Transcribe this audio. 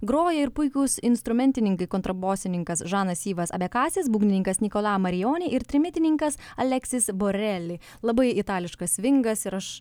groja ir puikūs instrumentininkai kontrabosininkas žanas yvas abekasis būgnininkas nikola marijonei ir trimitininkas aleksis boreli labai itališkas svingas ir aš